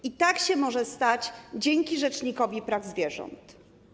I tak się może stać dzięki rzecznikowi praw zwierząt.